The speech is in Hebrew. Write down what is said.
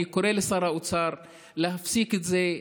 אני קורא לשר האוצר להפסיק את זה.